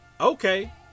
Okay